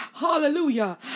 Hallelujah